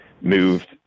moved